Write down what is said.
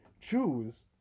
choose